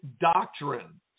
doctrine